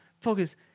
focus